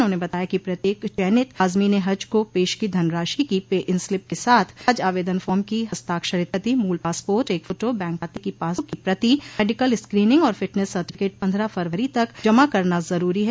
उन्होंने बताया कि प्रत्येक चयनित आज़मीन ए हज को पेशगी धनराशि की पे इन स्लिप के साथ हज आवेदन फार्म की हस्ताक्षरित प्रति मूल पासपोर्ट एक फोटो बैंक खाते की पासबुक की प्रति मेडिकल स्कीनिंग और फिटनेस सर्टिफिकेट पन्द्रह फरवरी तक जमा करना जरूरी है